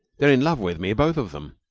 they're in love with me both of them.